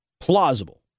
plausible